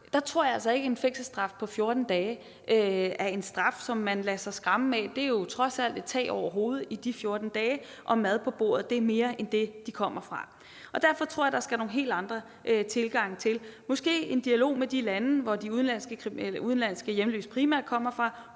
jeg tror altså ikke, at en fængselsstraf på 14 dage er en straf, som de lader sig skræmme af; der er trods alt tag over hovedet i de 14 dage, og mad på bordet, og det er mere end det, de kommer fra. Derfor tror jeg, at der skal nogle helt andre tilgange til det: Måske en dialog med de lande, hvor de udenlandske hjemløse primært kommer fra,